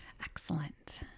excellent